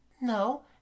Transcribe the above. No